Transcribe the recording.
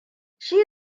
shi